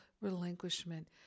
relinquishment